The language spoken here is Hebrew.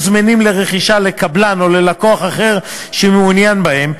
זמינים לרכישה לקבלן או ללקוח אחר שמעוניין בהם,